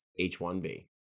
H1B